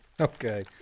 Okay